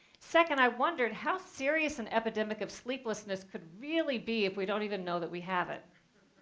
second, i wondered how serious an epidemic of sleeplessness could really be if we don't even know that we have it.